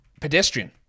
pedestrian